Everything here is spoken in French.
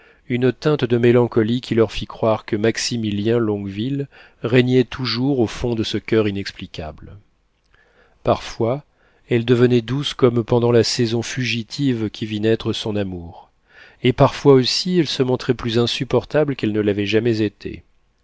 une teinte de mélancolie qui leur fit croire que maximilien longueville régnait toujours au fond de ce coeur inexplicable parfois elle devenait douce comme pendant la saison fugitive qui vit naître son amour et parfois aussi elle se montrait plus insupportable qu'elle ne l'avait jamais été